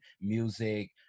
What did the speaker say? music